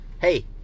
Hey